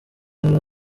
yari